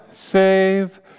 save